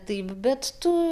taip bet tu